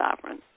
sovereign